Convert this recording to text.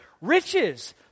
riches